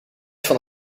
van